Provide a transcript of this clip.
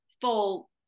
full